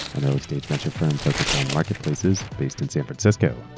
an early stage venture firm focused on marketplaces based in san francisco.